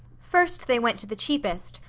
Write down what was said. first they went to the cheapest,